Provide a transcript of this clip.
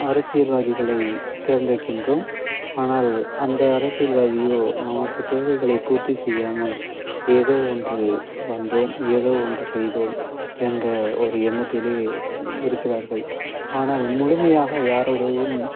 அரசியல்வாதிகளை தேர்ந்தெடுக்கின்றோம் ஆனால் அந்த அரசியல்வாதியோ நமக்கு தேவைகளை பூர்த்தி செய்யாமல் ஏதோ ஒன்று வந்தோம் ஏதோ ஒன்று செய்தோம் என்ற ஒரு எண்ணத்திலே இருக்கிறார்கள் ஆனால் முழ்மையாக யாரோடவும்